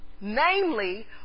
Namely